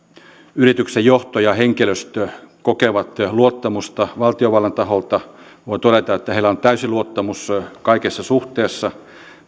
yrityksen johto ja henkilöstö kokevat luottamusta valtiovallan taholta voin todeta että heillä on täysi luottamus kaikessa suhteessa